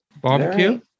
barbecue